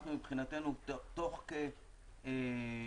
אנחנו מבחינתנו תוך כשבועיים